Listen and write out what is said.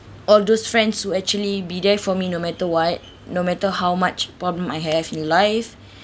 all those friends who actually be there for me no matter what no matter how much problem I have in life